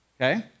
Okay